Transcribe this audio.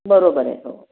बरोबर आहे हो